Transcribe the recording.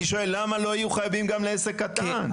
אני שואל למה לא יהיו חייבים גם לעסק קטן?